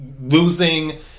losing